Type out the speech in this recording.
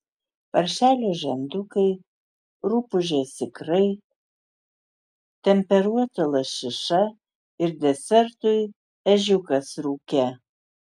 paršelio žandukai rupūžės ikrai temperuota lašiša ir desertui ežiukas rūke